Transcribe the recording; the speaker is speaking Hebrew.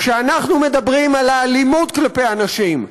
כשאנחנו מדברים על האלימות כלפי הנשים,